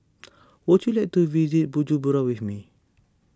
would you like to visit Bujumbura with me